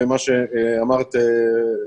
במה שאמרת,